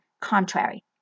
contrary